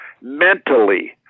mentally